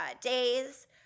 days